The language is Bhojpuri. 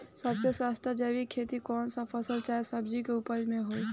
सबसे सस्ता जैविक खेती कौन सा फसल चाहे सब्जी के उपज मे होई?